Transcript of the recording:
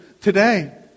today